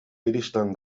iristen